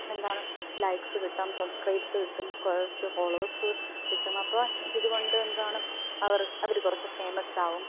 എന്താണ് ലൈക്സ് കിട്ടാം സബ്സ്ക്രൈബ്സ് കിട്ടും കുറച്ച് ഫോളോസ് കിട്ടും അപ്പം ഇതുകൊണ്ട് എന്താണം അവറ് അവര് കുറച്ച് ഫെയിമസ് ആകും